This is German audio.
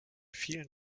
vielen